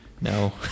No